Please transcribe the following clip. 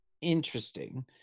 Interesting